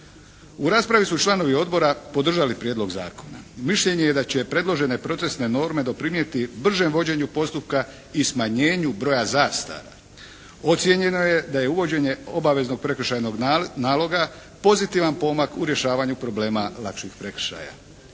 U raspravi su članovi odbora podržali prijedlog zakona. Mišljenje je da će predložene procesne norme doprinijeti bržem vođenju postupka i smanjenju broja zastara. Ocijenjeno je da je uvođenje obaveznog prekršajnog naloga pozitivan pomak u rješavanju problema lakših prekršaja.